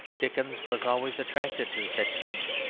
dickens was always attracted to such things,